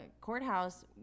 Courthouse